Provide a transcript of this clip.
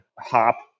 hop